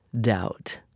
doubt